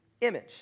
image